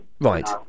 Right